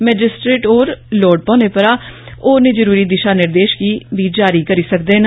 magistrate होर लोड़ पौने परा होरनें जरूरी दिशा निर्देश गी बी जारी करी सकदे न